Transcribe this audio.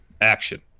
action